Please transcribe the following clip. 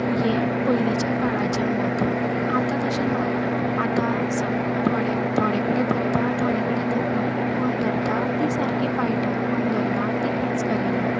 हें पयलींच्या काळाचें मत आतां तशें ना आतां सग थोडे थोडे कडेन धरता थोडे कडेन धरनात कोण धरतात तीं सारकीं पाळटात कोण धरनात तीं कांयच करिनात